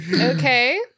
Okay